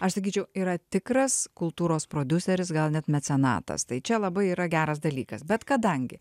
aš sakyčiau yra tikras kultūros prodiuseris gal net mecenatas tai čia labai yra geras dalykas bet kadangi